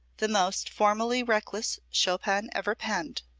the most formally reckless chopin ever penned.